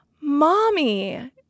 Mommy